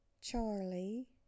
Charlie